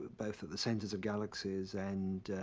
both at the centers of galaxies and,